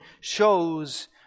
shows